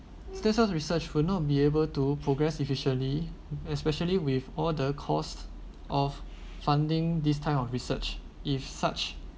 stem cell research will not be able to progress efficiently especially with all the costs of funding this type of research if such